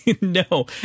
No